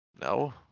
No